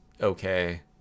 okay